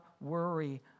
worry